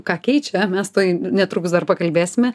ką keičia mes tuoj netrukus dar pakalbėsime